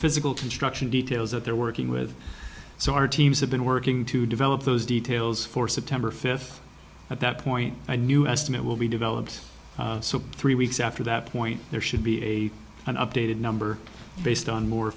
physical construction details that they're working with so our teams have been working to develop those details for september fifth at that point i knew estimate will be developed so three weeks after that point there should be an updated number based on more